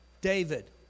David